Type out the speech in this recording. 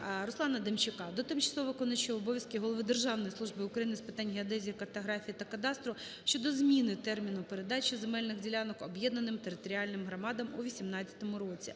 РусланаДемчака до тимчасово виконуючого обов'язки голови Державної служби України з питань геодезії, картографії та кадастру щодо зміни терміну передачі земельних ділянок об'єднаним територіальним громадам у 18-му році.